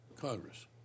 Congress